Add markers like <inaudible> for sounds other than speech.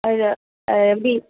<unintelligible> அது எப்படி